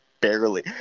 barely